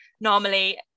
normally